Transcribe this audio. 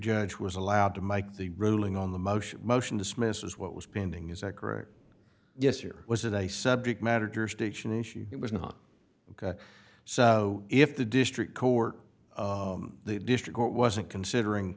judge was allowed to mike the ruling on the motion motion dismissed as what was pending is that correct yes or was it a subject matter jurisdiction issue it was not so if the district court of the district wasn't considering